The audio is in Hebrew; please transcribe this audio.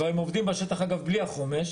הם כבר עובדים בשטח אגב בלי החומש,